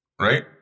Right